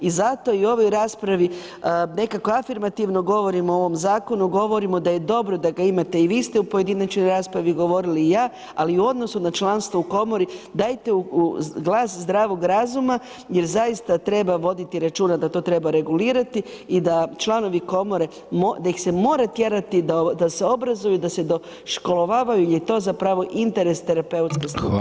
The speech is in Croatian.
I zato i u ovoj raspravi nekako afirmativno govorimo o ovom zakonu, govorimo da je dobro da ga imate i vi ste u pojedinačnoj raspravi govorili i ja ali u odnosu na članstvo u komori dajte glas zdravog razuma jer zaista treba voditi računa da to treba regulirati i da članovi komore, da ih se mora tjerati da se obrazuju i da se doškolovavaju jer je to zapravo interes terapeutske struke.